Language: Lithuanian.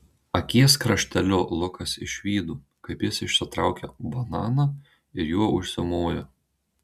akies krašteliu lukas išvydo kaip jis išsitraukia bananą ir juo užsimoja